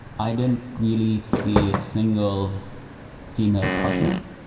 i didn't really see a single female partner.